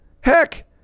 Heck